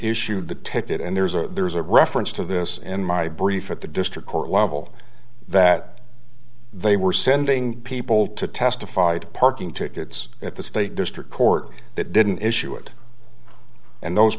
issued the ticket and there's a there's a reference to this in my brief at the district court level that they were sending people to testified parking tickets at the state district court that didn't issue it and those